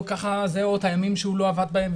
או את הימים שהוא לא עבד בהם,